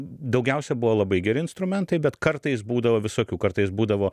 daugiausia buvo labai geri instrumentai bet kartais būdavo visokių kartais būdavo